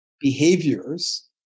behaviors